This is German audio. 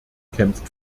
kämpft